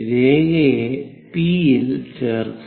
രേഖയെ പി യിൽ ചേർക്കുക